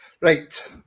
Right